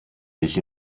nicht